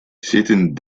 zitten